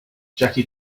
jackie